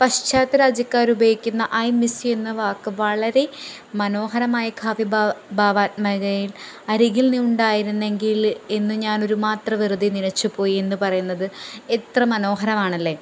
പാശ്ചാത്യ രാജ്യക്കാർ ഉപയോഗിക്കുന്ന ഐ മിസ്സ് യു എന്ന വാക്ക് വളരെ മനോഹരമായി കാവ്യ ഭാവാത്മകയിൽ അരികിൽ നീ ഉണ്ടായിരുന്നെങ്കിൽ എന്നു ഞാൻ ഒരു മാത്ര വെറുതെ നിനച്ചു പോയി എന്ന് പറയുന്നത് എത്ര മനോഹരമാണല്ലേ